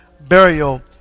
burial